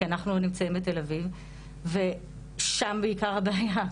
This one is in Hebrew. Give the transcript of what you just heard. כי אנחנו נמצאים בתל-אביב ושם בעיקר הבעיה,